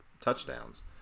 touchdowns